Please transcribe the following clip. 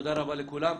תודה רבה לכולם.